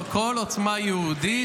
כל עוצמה יהודית.